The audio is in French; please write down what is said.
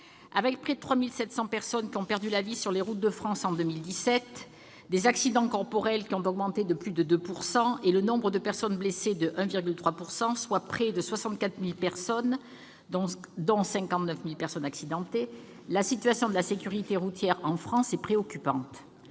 près de 3 700 personnes ont perdu la vie sur les routes de France en 2017, les accidents corporels ont augmenté de plus de 2 %, et le nombre de personnes blessées de 1,3 %, soit près de 74 000 personnes, pour 59 000 accidents ; la situation de la sécurité routière en France est donc préoccupante.